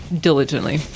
diligently